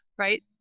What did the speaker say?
Right